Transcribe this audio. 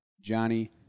Johnny